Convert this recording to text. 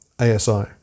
ASI